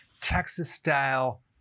Texas-style